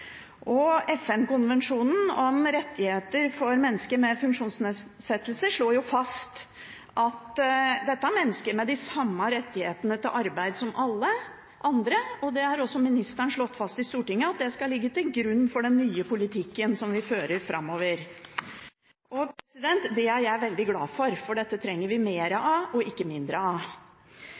om rettigheter for mennesker med funksjonsnedsettelser slår fast at dette er mennesker med de samme rettighetene til arbeid som alle andre, og det har også ministeren slått fast i Stortinget, at det skal ligge til grunn for den nye politikken som vi fører framover. Det er jeg veldig glad for, for dette trenger vi mer av og ikke mindre av.